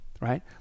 right